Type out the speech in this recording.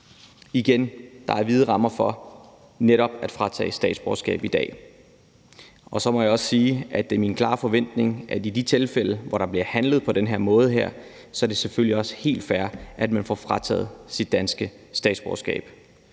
at der er vide rammer for at fratage statsborgerskab i dag. Så må jeg også sige, at det er min klare forventning, at man i de tilfælde, hvor der bliver handlet på den her måde, får frataget sit danske statsborgerskab